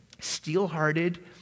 steel-hearted